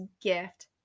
gift